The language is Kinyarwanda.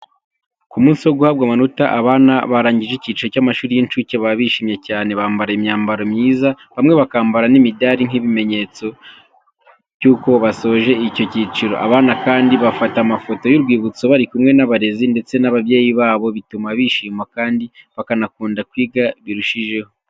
Ku munsi wo guhabwa amanota, abana barangije icyiciro cy'amashuri y'incuke baba bishimye cyane. Bambara imyambaro myiza, bamwe bakambara n'imidari nk'ikimenyetso cy'uko basoje icyo cyiciro. Abana kandi bafata amafoto y'urwibutso barikumwe n'abarezi ndetse n'ababyeyi babo, bituma bishima kandi bakanakunda kwiga birushijeho.